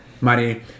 money